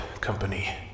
company